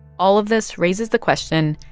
all of this raises the question,